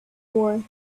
war